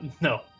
no